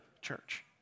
church